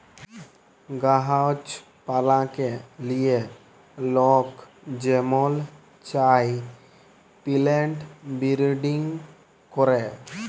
গাহাছ পালাকে লিয়ে লক যেমল চায় পিলেন্ট বিরডিং ক্যরে